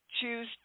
choose